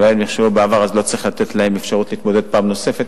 אולי אם נכשלו בעבר לא צריך לתת להם אפשרות להתמודד פעם נוספת.